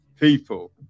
people